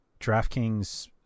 DraftKings